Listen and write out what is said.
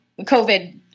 COVID